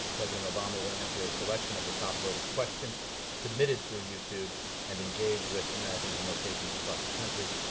president obama will answer a selection of the top-voted questions submitted through youtube and engage with americans in locations across the country,